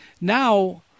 Now